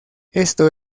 esto